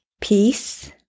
Peace